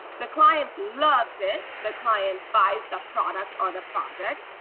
the client loves it. the client buys the product or the project.